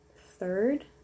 third